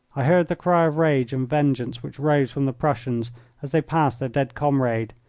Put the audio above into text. i heard the cry of rage and vengeance which rose from the prussians as they passed their dead comrade,